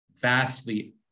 vastly